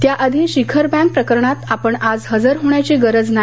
त्या आधी शिखर बँक प्रकरणात आपण आज हजर होण्याची गरज नाही